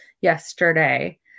yesterday